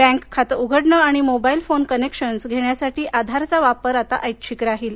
bank खाते उघडणे आणि मोबाईल फोन कनेक्शन्स घेण्यासाठी आधारचा वापर आता ऐच्छिक राहील